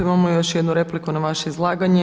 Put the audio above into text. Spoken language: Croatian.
Imamo još jednu repliku na vaše izlaganje.